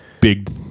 big